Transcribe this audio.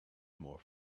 more